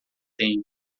tem